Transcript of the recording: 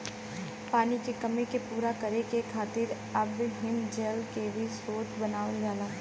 पानी के कमी के पूरा करे खातिर अब हिमजल के भी स्रोत बनावल जाला